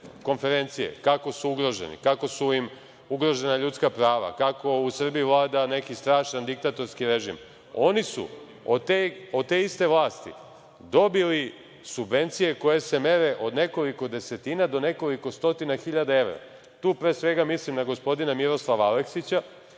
konferencije kako su ugroženi, kako su im ugrožena ljudska prava, kako u Srbiji vlada neki strašan diktatorski režim, oni su od te iste vlasti dobili subvencije koje se mere od nekoliko desetina do nekoliko stotina hiljada evra. Tu, pre svega, mislim na gospodina Miroslava Aleksića,